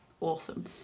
awesome